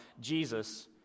jesus